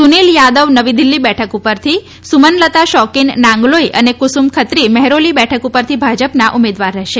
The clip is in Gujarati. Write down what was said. સુનીલ યાદવ નવી દિલ્હી બેઠક પરથી સુમનલતા શૌકીન નાંગલોઇ અને કુસુમ ખત્રી મેહરૌલી બેઠક પરથી ભાજપના ઉમેદવાર રહેશે